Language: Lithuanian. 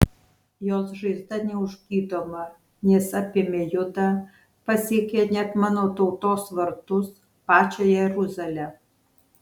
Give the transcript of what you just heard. jos žaizda neužgydoma nes apėmė judą pasiekė net mano tautos vartus pačią jeruzalę